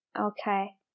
Okay